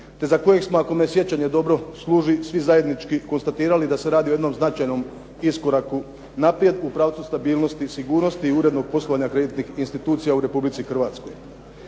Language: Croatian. te za kojih smo, ako me sjećanje dobro služi, svi zajednički konstatirali da se radi o jednom značajnom iskoraku naprijed u pravcu stabilnosti i sigurnosti i urednog poslovanja kreditnih institucija u Republici Hrvatskoj.